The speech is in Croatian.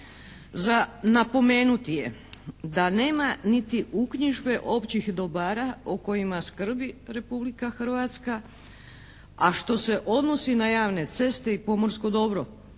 Za napomenuti je da nema niti uknjižbe općih dobara o kojima skrbi Republika Hrvatska, a što se odnosi na javne ceste i pomorsko dobro.